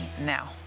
now